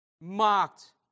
Mocked